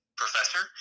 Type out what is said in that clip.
professor